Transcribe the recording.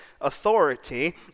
authority